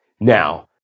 Now